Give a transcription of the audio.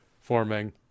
forming